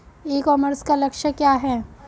ई commerce का लक्ष्य क्या है?